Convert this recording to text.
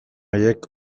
haiek